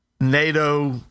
NATO